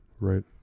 Right